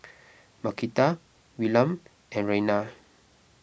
Marquita Willam and Raina